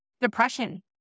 depression